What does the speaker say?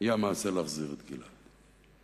יהיה להחזיר את גלעד.